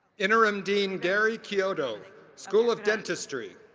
interim dean gary chiodo school of dentistry.